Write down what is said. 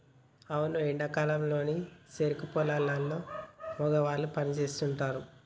అవును ఎండా కాలంలో సెరుకు పొలాల్లో మగవాళ్ళు పని సేస్తుంటారు